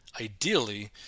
ideally